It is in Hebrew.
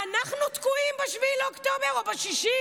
ואנחנו תקועים ב-7 באוקטובר או ב-6?